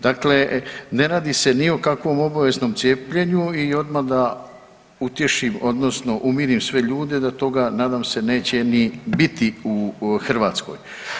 Dakle, ne radi se ni o kakvom obaveznom cijepljenju i odmah da utješim odnosno umirim sve ljude da toga nadam se neće ni biti u Hrvatskoj.